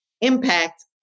impact